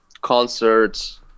concerts